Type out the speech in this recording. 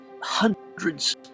hundreds